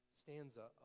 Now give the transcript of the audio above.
stanza